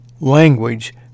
language